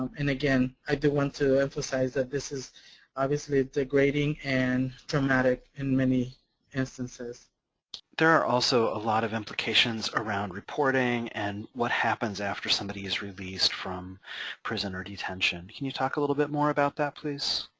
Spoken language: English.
and, again, i do want to emphasize that this is obviously degrading and traumatic in many instances. michael there are also a lot of implications around reporting and what happens after somebody is released from prison or detention. could you talk a little bit more about that, please?